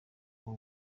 bw’u